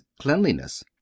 cleanliness